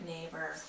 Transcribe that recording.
neighbor